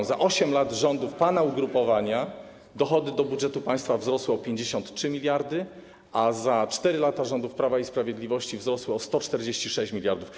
W ciągu 8 lat rządów pana ugrupowania dochody do budżetu państwa wzrosły o 53 mld, a w ciągu 4 lat rządów Prawa i Sprawiedliwości wzrosły o 146 mld.